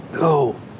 No